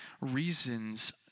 reasons